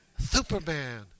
Superman